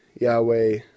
Yahweh